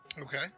Okay